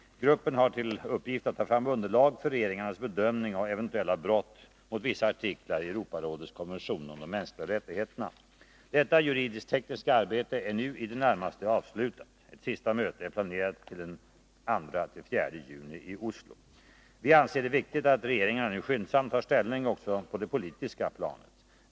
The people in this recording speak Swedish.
Gruppen har till uppgift att ta fram underlag för regeringarnas bedömning av eventuella brott mot vissa artiklar i Europarådets konvention om de mänskliga rättigheterna. Detta juridisk-tekniska arbete är nu i det närmaste avslutat. Ett sista möte är planerat till den 24 juni i Oslo. Vi anser det viktigt att regeringarna nu skyndsamt tar ställning också på det politiska planet.